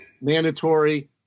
mandatory